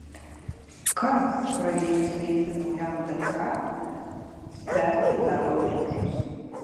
kas pradėjus veikti naujam dk spręstų darbo ginčus